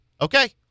okay